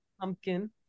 pumpkin